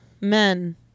men